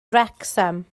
wrecsam